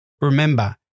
Remember